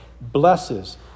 blesses